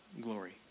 glory